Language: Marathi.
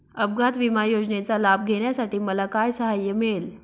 अपघात विमा योजनेचा लाभ घेण्यासाठी मला काय सहाय्य मिळेल?